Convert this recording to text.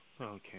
Okay